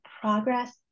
progress